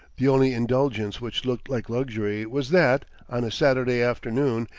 the only indulgence which looked like luxury was that, on a saturday afternoon,